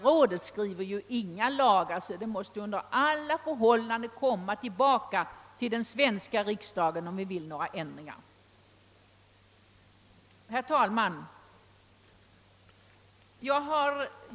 Rådet stiftar ju inga lagar och därför måste under alla förhållanden frågan om eventuella önskade förändringar återkomma till den svenska riksdagen. Herr talman!